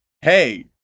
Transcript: hey